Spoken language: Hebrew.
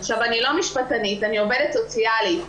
אני לא משפטנית, אני עובדת סוציאלית.